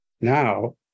Now